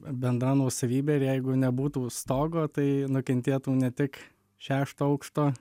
bendra nuosavybė ir jeigu nebūtų stogo tai nukentėtų ne tik šešto aukšto